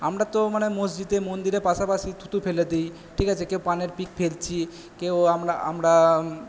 আমরা তো মানে মসজিদে মন্দিরের পাশাপাশি থুতু ফেলে দিই ঠিক আছে কেউ পানের পিক ফেলছি কেউ আমরা